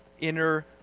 inner